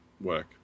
work